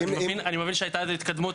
אני מבין שהייתה איזה התקדמות,